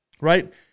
Right